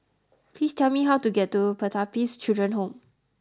please tell me how to get to Pertapis Children Home